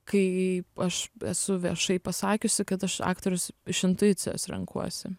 kai aš esu viešai pasakiusi kad aš aktorius iš intuicijos renkuosi